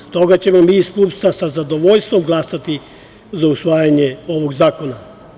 Stoga ćemo mi iz PUPS-a sa zadovoljstvom glasati za usvajanje ovog zakona.